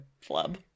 flub